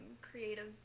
creative